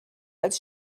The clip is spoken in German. als